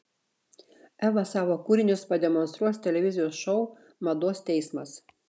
eva savo kūrinius pademonstruos televizijos šou mados teismas